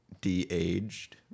de-aged